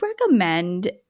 recommend